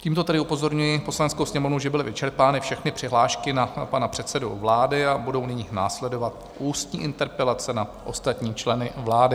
Tímto tedy upozorňuji Poslaneckou sněmovnu, že byly vyčerpány všechny přihlášky na pana předsedu vlády, a budou nyní následovat ústní interpelace na ostatní členy vlády.